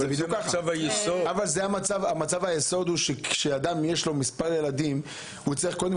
מצב היסוד הוא שאם לאדם יש מספר ילדים הוא צריך קודם